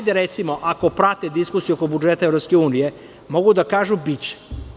Hajde, recimo, ako prate diskusiju oko budžeta EU, mogu da kažu – biće.